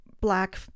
black